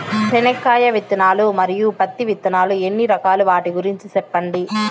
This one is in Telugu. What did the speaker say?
చెనక్కాయ విత్తనాలు, మరియు పత్తి విత్తనాలు ఎన్ని రకాలు వాటి గురించి సెప్పండి?